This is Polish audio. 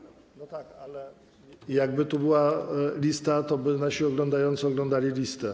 No tak, ale jakby tu była lista, to nasi oglądający oglądaliby listę.